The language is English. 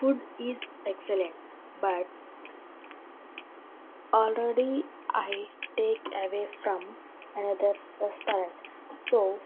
food is excellent but already I take away from another restaurant so